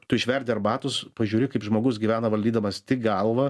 tu išverdi arbatos pažiūri kaip žmogus gyvena valdydamas tik galvą